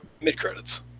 Mid-credits